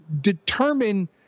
determine